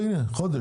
הנה, תוך חודש.